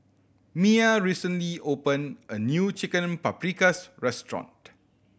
Mya recently open a new Chicken Paprikas Restaurant